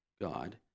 God